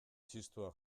txistua